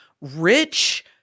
rich